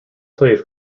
played